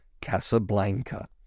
Casablanca